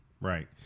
Right